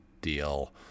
deal